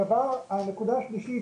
הנקודה השלישית